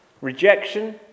rejection